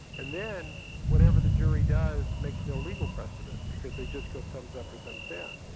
and then whatever the jury does makes no legal precedent, because they just go thumbs-up or thumbs-down.